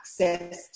accessed